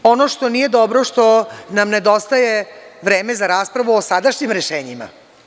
Ono što nije dobro što nam nedostaje je vreme za raspravu sa sadašnjim rešenjima.